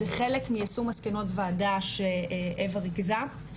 זה חלק מיישום מסקנות ועדה שאווה ריכזה.